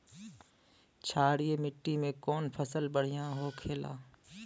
क्षारीय मिट्टी में कौन फसल बढ़ियां हो खेला?